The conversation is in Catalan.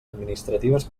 administratives